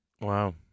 Wow